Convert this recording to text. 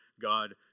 God